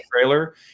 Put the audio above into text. trailer